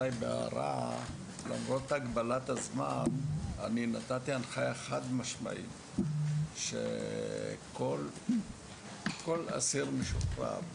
למרות מגבלת הזמן נתתי הנחיה חד משמעית שכל אסיר משוחרר,